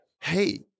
hey